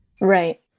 Right